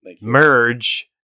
Merge